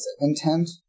intent